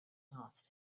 asked